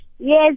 yes